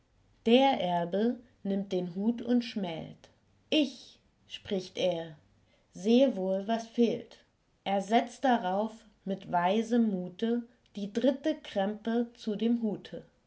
der erbe nimmt den hut und schmält ich spricht er sehe wohl was fehlt er setzt darauf mit weisem mute die dritte krempe zu dem hute